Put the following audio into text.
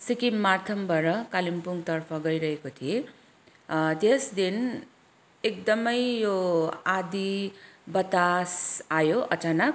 सिक्किम मार्तमबाट कालिम्पोङतर्फ गइरहेको थिएँ अँ त्यस दिन एकदमै यो आँधी बतास आयो अचानक